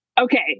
Okay